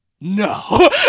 No